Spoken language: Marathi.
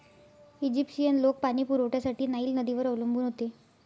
ईजिप्शियन लोक पाणी पुरवठ्यासाठी नाईल नदीवर अवलंबून होते